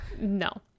No